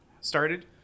started